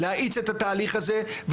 להאיץ את התהליך הזה,